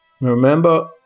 Remember